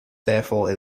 therefore